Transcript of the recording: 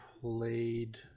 played